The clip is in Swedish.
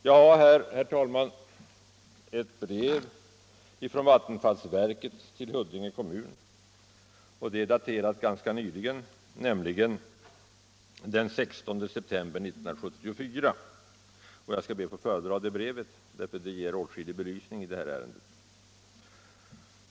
Jag har i min hand, herr talman, ett brev från vattenfallsverket till Huddinge kommun, daterat ganska nyligen, nämligen den 16 september 1974. Jag skall be att få föredra det brevet, eftersom det belyser åtskilligt i det här ärendet.